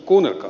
kuunnelkaa